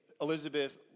Elizabeth